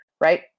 right